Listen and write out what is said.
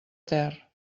ter